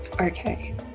Okay